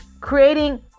creating